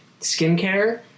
skincare